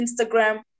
Instagram